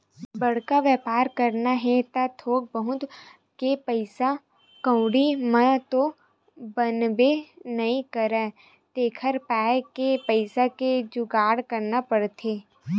बड़का बेपार करना हे त थोक बहुत के पइसा कउड़ी म तो बनबे नइ करय तेखर पाय के पइसा के जुगाड़ करना पड़थे